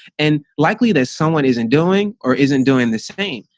and likely that someone isn't doing or isn't doing the same.